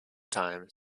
time